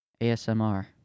ASMR